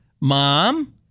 mom